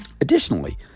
Additionally